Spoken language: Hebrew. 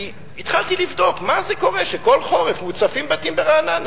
כי התחלתי לבדוק מה קורה שכל חורף מוצפים בתים ברעננה.